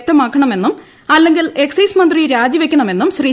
ഇത് വൃക്തമാക്കണമെന്നും അല്ലെങ്കിൽ എക്സൈസ് മന്ത്രി രാജിവയ്ക്കണമെന്നും ശ്രീ